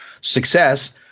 success